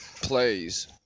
plays